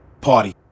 party